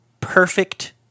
perfect